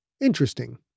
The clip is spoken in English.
Interesting